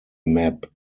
map